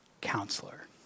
counselor